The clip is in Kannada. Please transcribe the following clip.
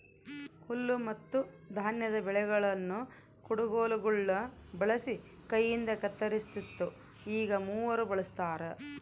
ಹುಲ್ಲುಮತ್ತುಧಾನ್ಯದ ಬೆಳೆಗಳನ್ನು ಕುಡಗೋಲುಗುಳ್ನ ಬಳಸಿ ಕೈಯಿಂದಕತ್ತರಿಸ್ತಿತ್ತು ಈಗ ಮೂವರ್ ಬಳಸ್ತಾರ